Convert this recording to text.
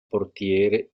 portiere